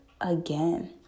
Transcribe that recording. again